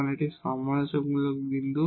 এটি একটি critical point